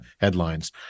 headlines